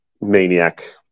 maniac